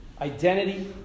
identity